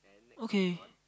okay